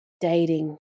dating